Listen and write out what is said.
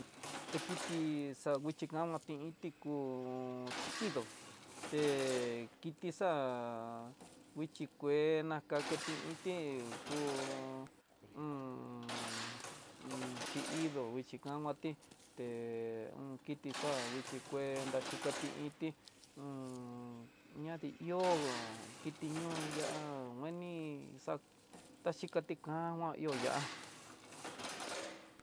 Te kiti xa nguixhi namati inti ku xhiidó, te kiti xa'á xhikuana kakati inté ku xhi'idó nguixhi kanguati te kiti xa'á nguichí kué nraxhikati inti ñadi ihó kiti ñoo yaá ngueni xa taxhikati kama ihó yá.